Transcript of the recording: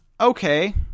Okay